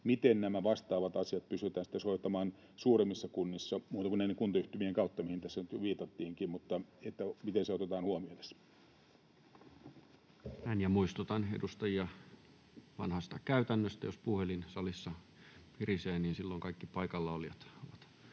miten nämä vastaavat asiat pystytään sitten suorittamaan suuremmissa kunnissa muuten kuin näiden kuntayhtymien kautta, mihin tässä nyt viitattiinkin. Miten se otetaan huomioon tässä? Näin. — Muistutan edustajia vanhasta käytännöstä, että jos puhelin salissa pirisee, niin silloin kaikki paikallaolijat ovat